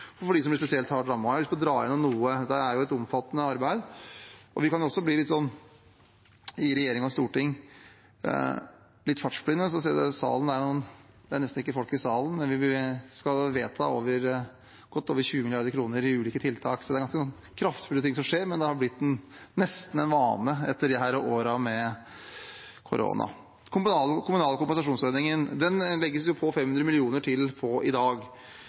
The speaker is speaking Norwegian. for dem som blir spesielt hardt rammet. Jeg har lyst til å dra gjennom noe av det. Det er jo et omfattende arbeid, og vi kan bli litt fartsblinde i regjering og storting. Det er nesten ikke folk i salen, men vi skal vedta godt over 20 mrd. kr i ulike tiltak. Det er altså ganske kraftfulle ting som skjer, men det har nesten blitt en vane etter disse årene med korona. På den kommunale kompensasjonsordningen legges det på 500 mill. kr til i dag.